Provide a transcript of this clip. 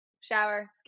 shower